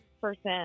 percent